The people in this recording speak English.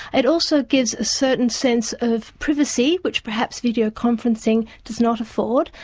it also gives a certain sense of privacy which perhaps video-conferencing does not afford.